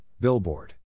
Billboard